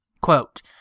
quote